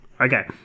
Okay